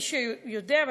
מי שיודע,